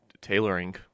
tailoring